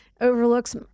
overlooks